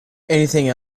anything